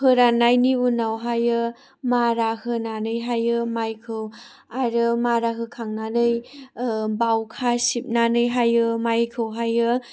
फोराननायनि उनावहाय मारा होनानैहाय माइखौ आरो मारा होखांनानै बावखा सिबनानैहाय माइखौहाय